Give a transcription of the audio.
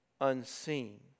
unseen